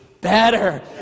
better